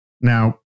Now